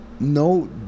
No